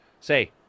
say